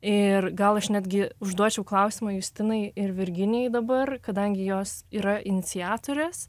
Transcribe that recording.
ir gal aš netgi užduočiau klausimą justinai ir virginijai dabar kadangi jos yra iniciatorės